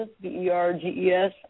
B-E-R-G-E-S